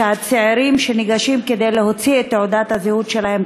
שהצעירים שניגשים להוציא את תעודת הזהות שלהם,